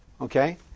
okay